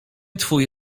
twój